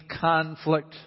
conflict